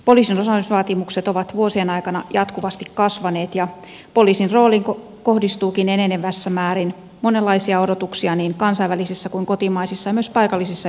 poliisin osaamisvaatimukset ovat vuosien aikana jatkuvasti kasvaneet ja poliisin rooliin kohdistuukin enenevässä määrin monenlaisia odotuksia niin kansainvälisissä kuin kotimaisissa ja myös paikallisissa yhteyksissä